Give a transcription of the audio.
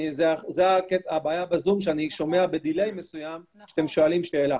זו הבעיה ב-זום שאני שומע ב-דיליי מסוים כשאתם שואלים שאלה.